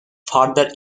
further